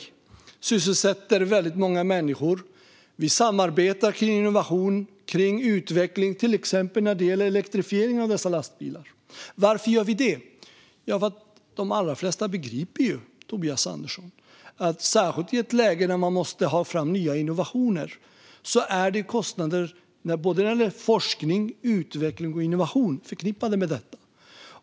Det sysselsätter väldigt många människor. Där samarbetar vi kring innovation och utveckling, till exempel när det gäller elektrifiering av lastbilar. Varför gör vi det? Jo, Tobias Andersson, de allra flesta begriper att särskilt i ett läge där man måste få fram nya innovationer finns det kostnader för forskning, utveckling och innovation som är förknippade med detta.